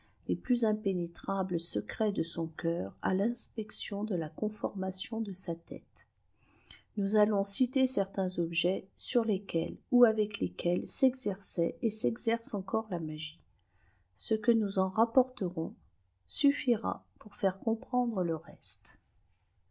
les plus impénétrables secrets de sou céfeui à l'inspection de la conformation de sa tête nçus alloua citer certains objets sur lesquels ou avec lesquels scîerçaît et sexerce encore la magie ce que nous en l'apporterbiià sûflsira pour faire comprendre le reste